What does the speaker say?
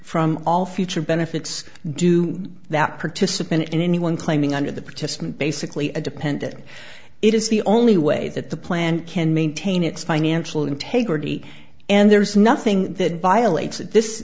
from all future benefits do that participant in anyone claiming under the participant basically a dependent it is the only way that the plan can maintain its financial integrity and there is nothing that violates it this